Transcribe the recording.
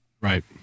Right